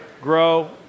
grow